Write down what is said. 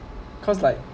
cause like